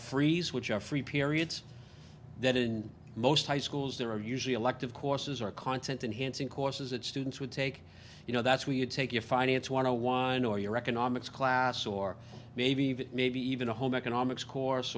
freeze which are free periods that in most high schools there are usually elective courses or content enhanced in courses that students would take you know that's where you take your finance want to whine or your economics class or maybe even maybe even a home economics course